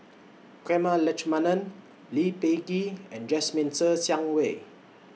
Prema Letchumanan Lee Peh Gee and Jasmine Ser Xiang Wei